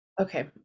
Okay